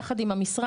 יחד עם המשרד,